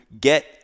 get